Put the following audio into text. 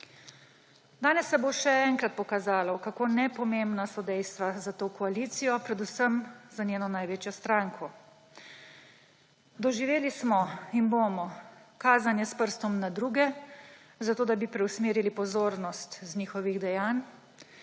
Danes se bo še enkrat pokazalo, kako nepomembna so dejstva za to koalicijo, predvsem za njeno največjo stranko. Doživeli smo in bomo kazanje s prstom na druge, zato da bi preusmerili pozornost z njihovih dejanj.